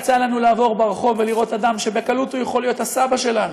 יצא לנו לעבור ברחוב ולראות אדם שבקלות הוא יכול להיות הסבא שלנו,